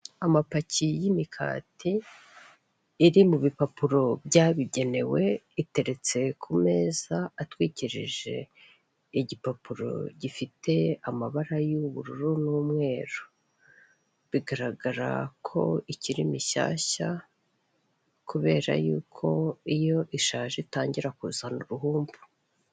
Amapaki y'imikati iri mu bipapuro byabigenewe iteretse ku meza atwikirije igipapuro gifite amabara y'ubururu n'umweru, bigaragara ko ikiri mishyashya kubera yuko iyo ishaje itangira kuzana uruhumbu.